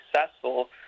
successful